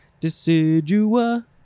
Decidua